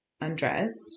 undressed